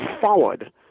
forward